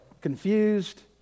confused